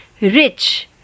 rich